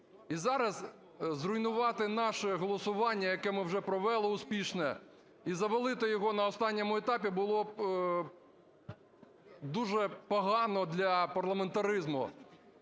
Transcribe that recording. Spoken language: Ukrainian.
І зараз зруйнувати наше голосування, яке ми вже провели, успішне і завалити його на останньому етапі було б дуже погано для парламентаризму,